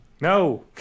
no